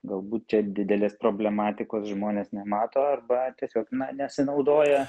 galbūt čia didelės problematikos žmonės nemato arba tiesiog na nesinaudoja